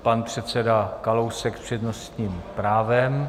Pan předseda Kalousek s přednostním právem.